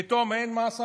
פתאום אין מס עבאס.